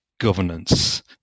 governance